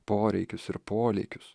poreikius ir polėkius